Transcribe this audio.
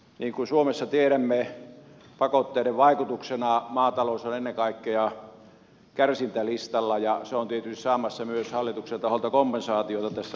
niin kuin suomessa tiedämme pakotteiden vaikutuksesta maatalous on ennen kaikkea kärsintälistalla ja se on tietysti saamassa myös hallituksen taholta kompensaatiota tässä asiassa